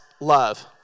love